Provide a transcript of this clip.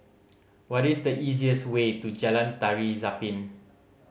what is the easiest way to Jalan Tari Zapin